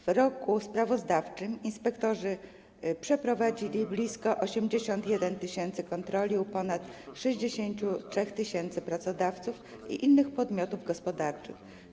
W roku sprawozdawczym inspektorzy przeprowadzili blisko 81 tys. kontroli u ponad 63 tys. pracodawców i innych podmiotów gospodarczych.